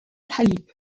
الحليب